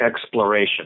exploration